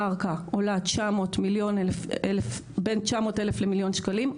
קרקע עולה בין 900,000 למיליון שקלים,